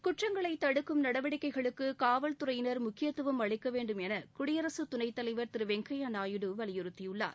குற்றங்களை தடுக்கும் நடவடிக்கைகளுக்கு காவல்துறையினர் முக்கியத்துவம் அளிக்கவேண்டும் என குடியரசுத்துணைத்தலைவர் திரு வெங்கய்யா நாயுடு வலியுறுத்தியுள்ளார்